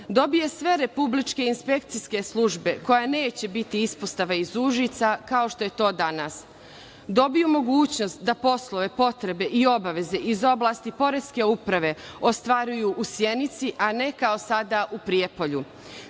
dobiju sve republičke inspekcijske službe koje neće biti ispostava iz Užica, kao što je to danas, kao i da dobiju mogućnost da poslove, potrebe i obaveze iz oblasti poreske uprave ostvaruju u Sjenici, a ne kao do sada, u Prijepolju,